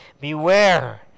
beware